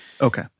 Okay